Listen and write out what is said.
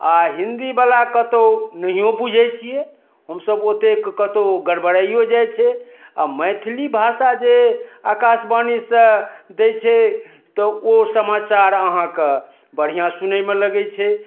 आओर हिन्दीवला कतौ नहियो बुझै छियै हमसब ओतेक कतौ गड़बड़ाइयो जाइ छै आओर मैथिली भाषा जे आकाशवाणीसँ दै छै तऽ ओ समाचार अहाँके बढ़िआँ सुनैमे लगै छै